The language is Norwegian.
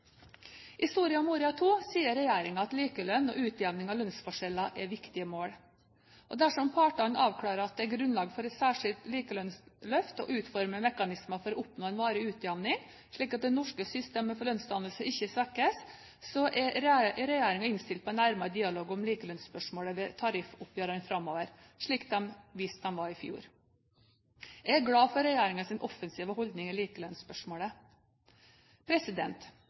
Soria Moria II sier regjeringen at likelønn og utjevning av lønnsforskjeller er viktige mål. Dersom partene avklarer at det er grunnlag for et særskilt likelønnsløft og utformer mekanismer for å oppnå en varig utjamning slik at det norske systemet for lønnsdannelse ikke svekkes, er regjeringen innstilt på nærmere dialog om likelønnsspørsmålet ved tariffoppgjørene framover, slik den viste i fjor. Jeg er glad for regjeringens offensive holdning i likelønnsspørsmålet.